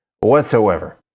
whatsoever